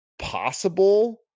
possible